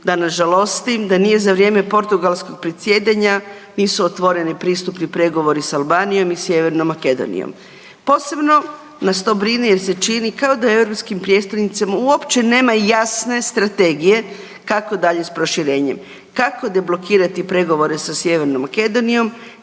da nas žalosti da nije za vrijeme Portugalskog predsjedanja nisu otvoreni pristupni pregovori s Albanijom i Sjevernom Makedonijom, posebno nas to brine jer se čini da europskim prijestolnicama uopće nema jasne strategije kako dalje s proširenjem, kako deblokirati pregovore sa Sjevernom Makedonijom,